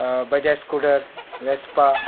Bajaj scooter Vespa